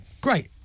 Great